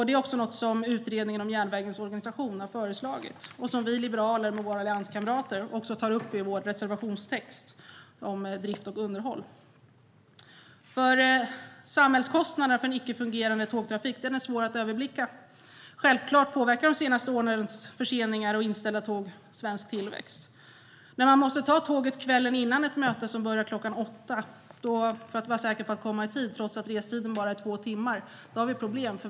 Det är också något som Utredningen om järnvägens organisation har föreslagit och som vi liberaler med våra allianskamrater tar upp i vår reservationstext om drift och underhåll. Samhällskostnaden för en icke fungerande tågtrafik är svår att överblicka. Självklart påverkar de senaste årens förseningar och inställda tåg svensk tillväxt. När man måste ta tåget kvällen före ett möte som börjar kl. 8 för att vara säker på att komma i tid, trots att restiden är bara två timmar, då har vi problem.